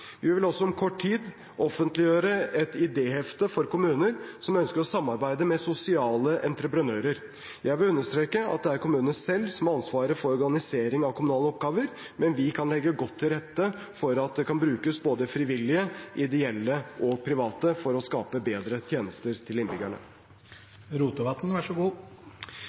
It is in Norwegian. Vi vil også om kort tid offentliggjøre et idéhefte for kommuner som ønsker å samarbeide med sosiale entreprenører. Jeg vil understreke at det er kommunene selv som har ansvaret for organiseringen av kommunale oppgaver, men vi kan legge godt til rette for at det kan brukes både frivillige, ideelle og private for å skape bedre tjenester til innbyggerne.